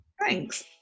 Thanks